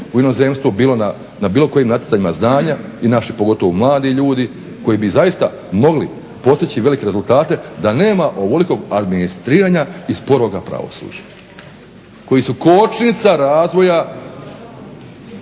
u inozemstvu na bilo kojim natjecanjima znanja i naši pogotovo mladi ljudi koji bi zaista mogli postići velike rezultate da nema ovolikog administriranja i sporog pravosuđa koji su kočnica razvoja